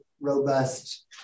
robust